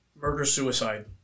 murder-suicide